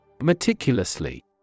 Meticulously